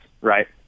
right